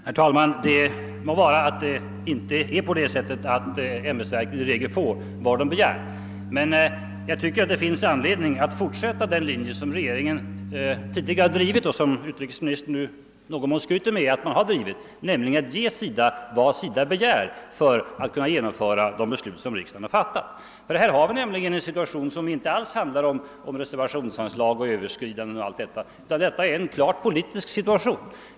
Herr talman! Det må vara att ämbetsverken i regel inte får vad de begär, men jag tycker att det finns anledning fortsätta den linje som regeringen tidigare har drivit och som utrikesministern nu i någon mån skryter med att ha drivit, nämligen att ge SIDA vad SIDA begär för att kunna genomföra de beslut som riksdagen har fattat. Här har vi nämligen en situation som inte alls har att göra med de reservationsanslag och överskridanden, som det talats om i sammanhanget, utan detta är en klart politisk situation.